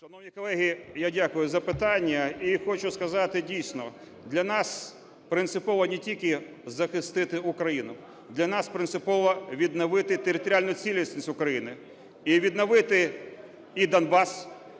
Шановні колеги, я дякую за запитання. І хочу сказати, дійсно, для нас принципово не тільки захистити Україну, для нас принципово відновити територіальну цілісність України і відновити і Донбас, звільнити